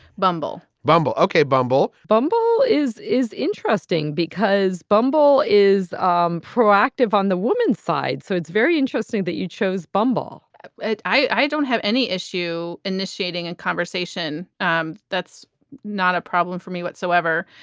bumble. bumble. ok. bumble bumble is is interesting because bumble is um proactive on the woman's side. so it's very interesting that you chose bumble i don't have any issue initiating a conversation. um that's not a problem for me whatsoever.